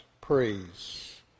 praise